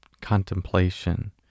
contemplation